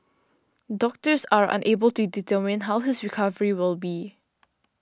doctors are unable to determine how his recovery would be